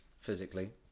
physically